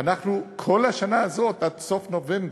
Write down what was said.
בכל השנה הזאת עד סוף נובמבר,